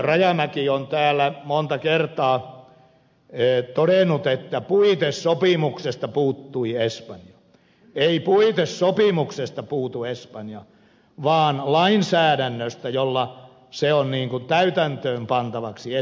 rajamäki on täällä monta kertaa todennut että puitesopimuksesta puuttui espanja että ei puitesopimuksesta puutu espanja vaan lainsäädännöstä jolla se on täytäntöön pantavaksi esitetty